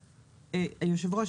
אז היושב ראש,